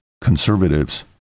conservatives